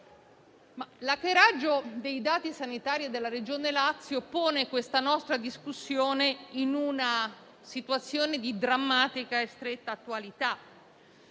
l'hackeraggio dei dati sanitari della Regione Lazio pone questa nostra discussione in una situazione di drammatica e stretta attualità.